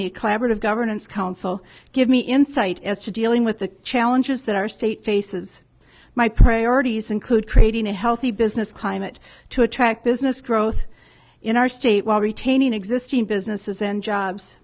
the collaborative governance council give me insight as to dealing with the challenges that our state faces my priorities include creating a healthy business climate to attract business growth in our state while retaining existing businesses and jobs